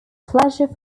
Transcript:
pleasure